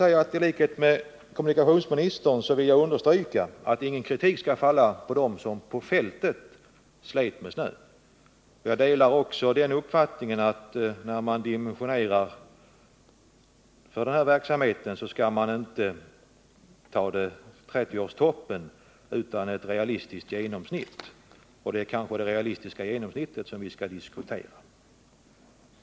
Ilikhet med kommunikationsministern vill jag understryka att ingen kritik skall falla på dem som på fältet slet med snön. Jag delar också uppfattningen att när man dimensionerar resurserna för snöröjningen skall man inte ta 30-årstoppen som riktmärke, utan ett realistiskt genomsnitt. Det är kanske det realistiska genomsnittet som vi skall diskutera.